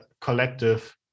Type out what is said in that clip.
collective